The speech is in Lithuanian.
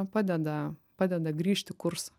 padeda padeda grįžt į kursą